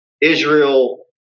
Israel